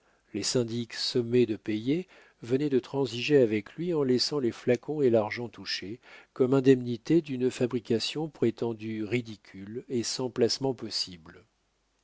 les syndics sommés de payer venaient de transiger avec lui en laissant les flacons et l'argent touché comme indemnité d'une fabrication prétendue ridicule et sans placement possible